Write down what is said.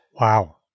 Wow